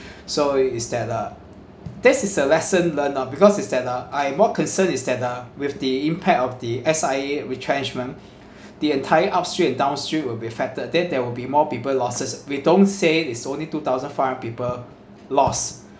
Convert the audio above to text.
so it is that lah this is a lesson learnt orh because is that uh I more concerned is that uh with the impact of the S_I_A retrenchment the entire upstream and downstream will be affected then there will be more people losses we don't say is only two thousand five hundred people lost